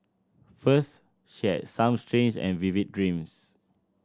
first she had some strange and vivid dreams